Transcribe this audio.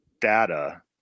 data